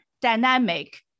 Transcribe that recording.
dynamic